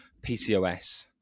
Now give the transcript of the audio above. PCOS